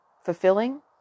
fulfilling